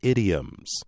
Idioms